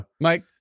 Mike